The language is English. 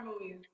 movies